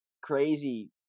crazy